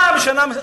פעם בשנה.